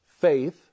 faith